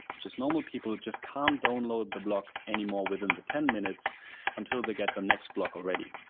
just normal people just can't download the block anymore within the ten minutes until they get the next block already.